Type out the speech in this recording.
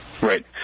Right